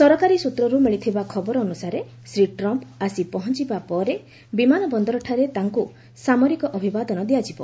ସରକାରୀ ସୂତ୍ରରୁ ମିଳିଥିବା ଖବର ଅନୁସାରେ ଶ୍ରୀ ଟ୍ରମ୍ପ ଆସି ପହଞ୍ଚବା ପରେ ବିମାନ ବନ୍ଦରଠାରେ ତାଙ୍କୁ ସାମରିକ ଅଭିବାଦନ ଦିଆଯିବ